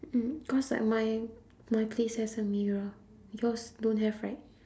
mmhmm because like my my place has a mirror yours don't have right